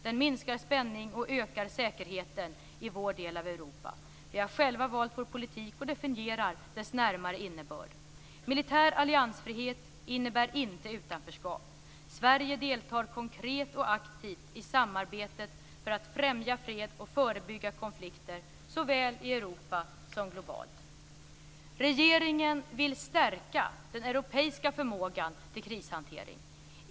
Den minskar spänning och ökar säkerheten i vår del av Europa. Vi har själva valt vår politik och definierar dess närmare innebörd. Militär alliansfrihet innebär inte utanförskap. Sverige deltar konkret och aktivt i samarbetet för att främja fred och förebygga konflikter såväl i Europa som globalt. Regeringen vill stärka den europeiska förmågan till krishantering.